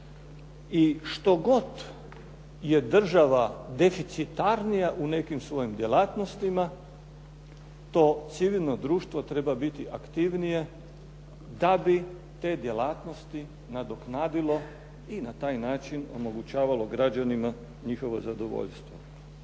i što god je država deficitarnija u nekim svojim djelatnostima to civilno društvo treba biti aktivnije da bi te djelatnosti nadoknadilo i na taj način omogućavalo građanima njihovo zadovoljstvo.